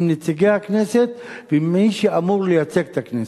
עם נציגי הכנסת ועם מי שאמור לייצג את הכנסת.